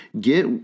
get